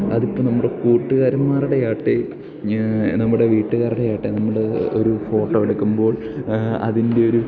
അതിപ്പോൾ നമ്മുടെ കൂട്ടുകാരന്മാരുടെയാകട്ടെ നമ്മുടെ വീട്ടുകാരുടെ ആകട്ടെ നമ്മൾ ഒരു ഫോട്ടോ എടുക്കുമ്പോൾ അതിൻ്റെ ഒരു